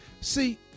See